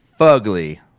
fugly